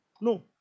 No